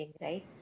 right